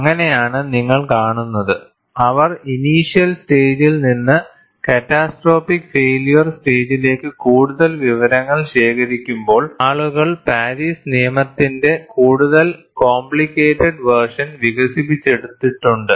അങ്ങനെയാണ് നിങ്ങൾ കാണുന്നത് അവർ ഇനിഷ്യൽ സ്റ്റേജിൽ നിന്ന് ക്യാറ്റസ്ട്രോപ്പിക് ഫേയില്യൂവർ സ്റ്റേജിലേക്ക് കൂടുതൽ വിവരങ്ങൾ ശേഖരിക്കുമ്പോൾ ആളുകൾ പാരീസ് നിയമത്തിന്റെ കൂടുതൽ കോംപ്ലിക്കേറ്റഡ് വേർഷൻ വികസിപ്പിച്ചെടുത്തിട്ടുണ്ട്